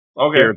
Okay